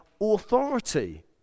authority